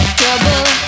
trouble